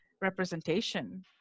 representation